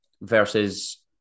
versus